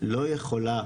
לא יכולה